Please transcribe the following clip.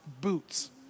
boots